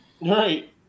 right